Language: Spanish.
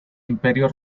imperio